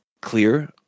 clear